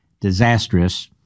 disastrous